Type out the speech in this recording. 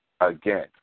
Again